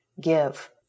give